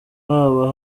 haba